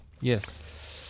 Yes